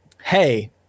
Hey